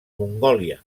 mongòlia